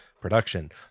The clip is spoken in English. production